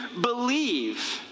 believe